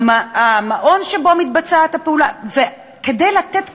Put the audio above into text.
המעון שבו מתבצעת הפעולה, כדי לתת כלים.